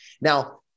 Now